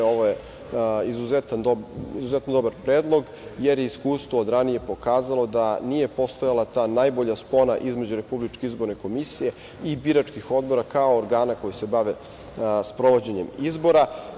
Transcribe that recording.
Ovo je izuzetno dobar predlog, jer je iskustvo od ranije pokazalo da nije postojala ta najbolja spona između RIK i biračkih odbora kao organa koji se bave sprovođenjem izbora.